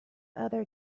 other